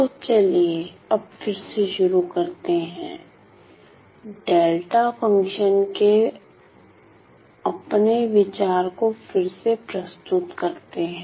तो चलिए अब फिर से शुरू करते हैं डेल्टा फंक्शन के अपने विचार को फिर से प्रस्तुत करते हैं